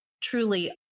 truly